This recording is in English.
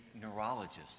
neurologist